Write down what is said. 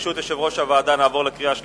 ברשות יושב-ראש הוועדה, נעבור לקריאה שלישית.